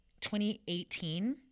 2018